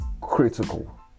critical